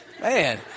Man